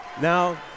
Now